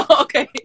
okay